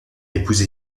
épousé